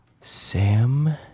Sam